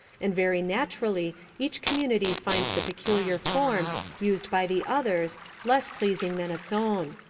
and very naturally each community finds the particular form used by the others less pleasing than its own.